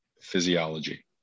physiology